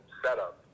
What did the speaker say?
setup